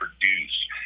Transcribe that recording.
produce